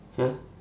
ya